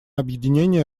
объединения